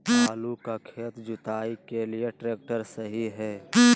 आलू का खेत जुताई के लिए ट्रैक्टर सही है?